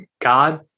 God